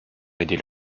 aider